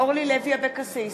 (קוראת בשמות חברי הכנסת)